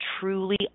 truly